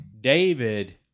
David